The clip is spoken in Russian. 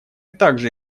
также